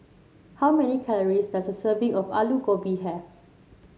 how many calories does a serving of Aloo Gobi have